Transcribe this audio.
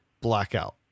blackout